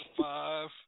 Five